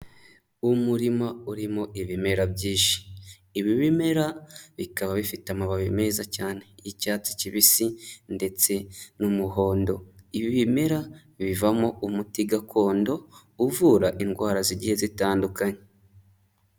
Umurima urimo ibimera byinshi. Ibi bimera, bikaba bifite amababi meza cyane y'icyatsi kibisi ndetse n'umuhondo. Ibi bimera, bivamo umuti gakondo, uvura indwara zigiye zitandukanye.